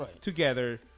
together